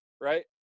right